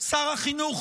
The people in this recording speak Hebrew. שר החינוך,